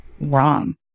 wrong